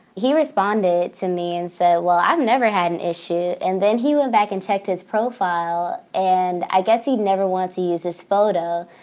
he responded to me and said, well, i've never had an issue. and then he went back and checked his profile, and i guess he never wanted to use his photo.